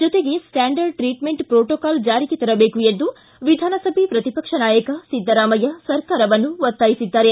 ಜೊತೆಗೆ standard treatment protocol ಜಾರಿಗೆ ತರಬೇಕು ಎಂದು ವಿಧಾನಸಭೆ ಪ್ರತಿಪಕ್ಷ ನಾಯಕ ಸಿದ್ದರಾಮಯ್ಯ ಸರ್ಕಾರವನ್ನು ಒತ್ತಾಯಿಸಿದ್ದಾರೆ